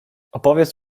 opowiedz